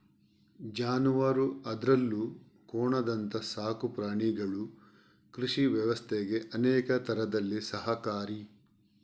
ಜಾನುವಾರು ಅದ್ರಲ್ಲೂ ಕೋಣದಂತ ಸಾಕು ಪ್ರಾಣಿಗಳು ಕೃಷಿ ವ್ಯವಸ್ಥೆಗೆ ಅನೇಕ ತರದಲ್ಲಿ ಸಹಕಾರಿ